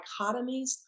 dichotomies